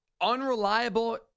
unreliable